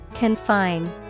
Confine